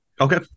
okay